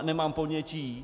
Nemám ponětí.